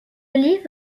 livre